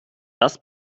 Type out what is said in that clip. das